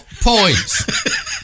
points